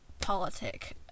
politics